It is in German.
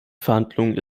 verhandlungen